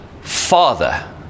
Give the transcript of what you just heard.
Father